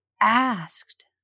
asked